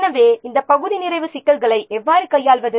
எனவே இந்த பகுதி நிறைவு சிக்கல்களை எவ்வாறு கையாள்வது